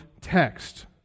text